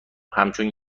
همچون